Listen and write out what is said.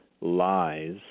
lies